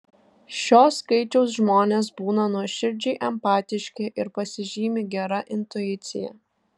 šio skaičiaus žmonės būna nuoširdžiai empatiški ir pasižymi gera intuicija